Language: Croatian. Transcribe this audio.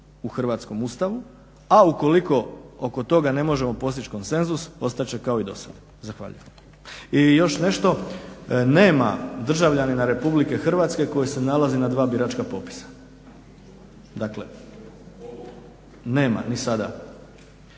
u hrvatskom Ustavu, a ukoliko oko toga ne možemo postići konsenzus ostat će kao i do sada. I još nešto, nema državljanina RH koji se nalazi na dva biračka popisa. Dakle nema ni sada.